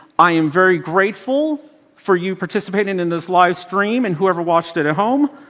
i am very grateful for you participating in this livestream and whoever watched it at home.